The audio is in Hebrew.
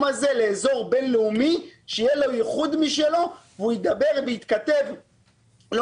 הזה לאזור בין-לאומי שיהיה לו ייחוס משלו והוא ידבר ויתכתב לא